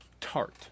tart